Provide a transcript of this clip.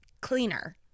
cleaner